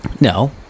No